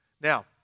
Now